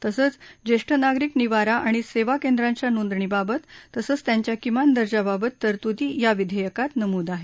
तसंच जेष्ठ नागरिक निवारा आणि सेवाकेंद्रांच्या नोंदणीबाबत तसंच त्यांच्या किमान दर्जाबाबत तरतूदी या विधेयकात नमूद आहेत